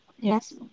Yes